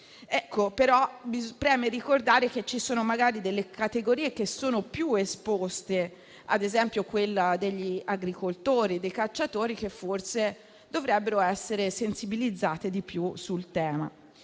preme però ricordare che ci sono magari categorie che sono più esposte, ad esempio quella degli agricoltori e dei cacciatori, che forse dovrebbero essere sensibilizzate in misura